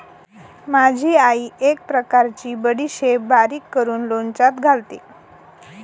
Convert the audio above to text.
माझी आई एक प्रकारची बडीशेप बारीक करून लोणच्यात घालते